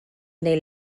neu